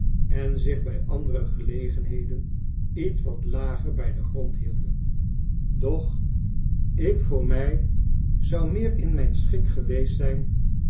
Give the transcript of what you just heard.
en zich bij andere gelegenheden ietwat lager bij den grond hielden doch ik voor mij zou meer in mijn schik geweest zyn